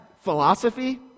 philosophy